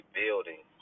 building